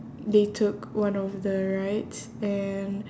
they took one of the rides and